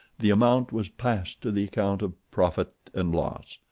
the amount was passed to the account of profit and loss.